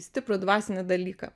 stiprų dvasinį dalyką